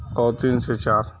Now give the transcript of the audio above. اور تین سے چار